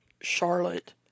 Charlotte